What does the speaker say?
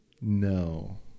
No